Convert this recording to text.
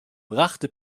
brachte